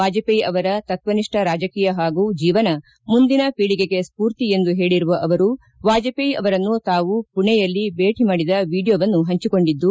ವಾಜಪೇಯಿ ಅವರ ತತ್ವನಿಷ್ಠ ರಾಜಕೀಯ ಹಾಗೂ ಜೀವನ ಮುಂದಿನ ಪೀಳಿಗೆಗೆ ಸ್ಫೂರ್ತಿ ಎಂದು ಹೇಳಿರುವ ಅವರು ವಾಜಪೇಯಿ ಅವರನ್ನು ತಾವು ಮಣೆಯಲ್ಲಿ ಭೇಟಿ ಮಾಡಿದ ವೀಡಿಯೋವನ್ನು ಹಂಚಿಕೊಂಡಿದ್ದು